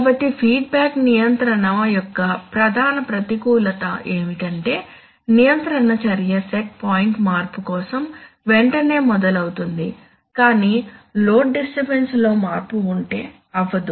కాబట్టి ఫీడ్బ్యాక్ నియంత్రణ యొక్క ప్రధాన ప్రతికూలత ఏమిటంటే నియంత్రణ చర్య సెట్ పాయింట్ మార్పు కోసం వెంటనే మొదలవుతుంది కాని లోడ్ డిస్టర్బన్స్ లో మార్పు ఉంటే అవ్వదు